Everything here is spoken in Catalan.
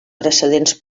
precedents